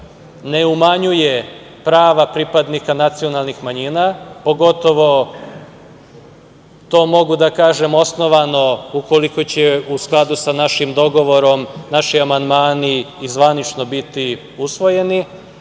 ne umanjuje prava pripadnika nacionalnih manjina, pogotovo to mogu da kažem osnovano ukoliko će u skladu sa našim dogovorom naši amandmani i zvanično biti usvojeni. Kao